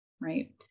right